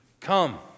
Come